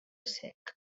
sec